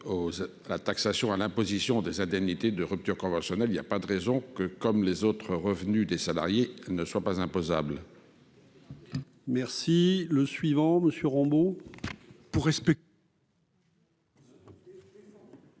la taxation à l'imposition des indemnités de rupture conventionnelle, il y a pas de raison que comme les autres revenus des salariés ne soient pas imposable.